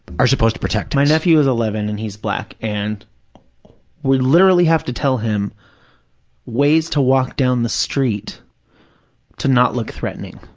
are supposed to protect us. my nephew is eleven and he's black, and we literally have to tell him ways to walk down the street to not look threatening,